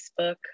Facebook